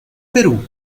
perú